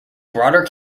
broader